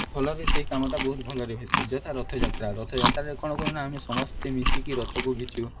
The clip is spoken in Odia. ଭଲରେ ସେହି କାମଟା ବହୁତ ଭଲରେ ହୋଇଥାଏ ଯଥା ରଥଯାତ୍ରା ରଥଯାତ୍ରାରେ କ'ଣ କରୁ ନା ଆମେ ସମସ୍ତେ ମିଶିକି ରଥକୁ ଘିଚୁ